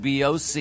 BOC